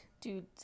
Dude